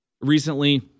recently